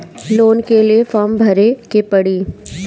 Loan के लिए form भरे के पड़ी?